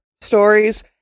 stories